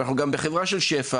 אבל אנחנו גם בחברה של שפע.